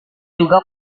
juga